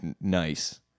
Nice